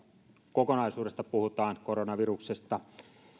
kokonaisuudesta puhutaan koronaviruksesta